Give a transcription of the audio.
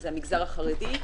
זה המגזר החרדי,